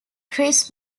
chris